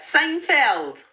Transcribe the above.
Seinfeld